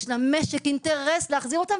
יש למשק אינטרס להחזיר אותם,